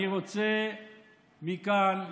אני רוצה מכאן,